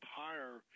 higher